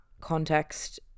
context